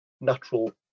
natural